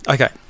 Okay